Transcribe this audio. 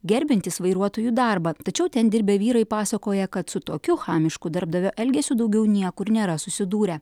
gerbiantys vairuotojų darbą tačiau ten dirbę vyrai pasakoja kad su tokiu chamišku darbdavio elgesiu daugiau niekur nėra susidūrę